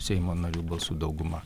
seimo narių balsų dauguma